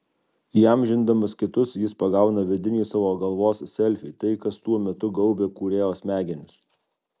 įamžindamas kitus jis pagauna vidinį savo galvos selfį tai kas tuo metu gaubia kūrėjo smegenis